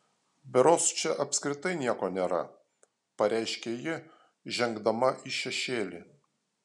berods čia apskritai nieko nėra pareiškė ji žengdama į šešėlį